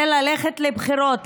זה ללכת לבחירות,